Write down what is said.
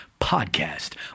Podcast